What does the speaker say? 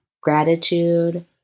gratitude